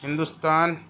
Hindustan